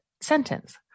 sentence